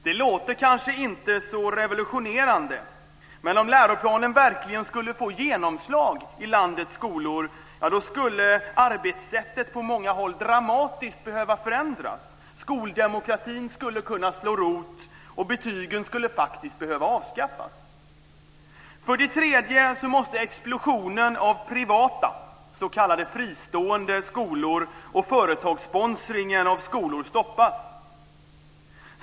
Det låter kanske inte så revolutionerande, men om läroplanen verkligen skulle få genomslag i landets skolor skulle arbetssättet på många håll dramatiskt behöva förändras, skoldemokratin skulle kunna slå rot, och betygen skulle faktiskt behöva avskaffas. För det tredje måste explosionen av privata, s.k. fristående, skolor och företagssponsringen av skolor stoppas.